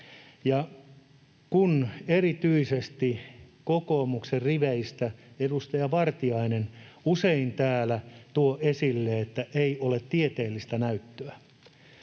Kun erityisesti kokoomuksen riveistä edustaja Vartiainen usein täällä tuo esille, että ei ole tieteellistä näyttöä,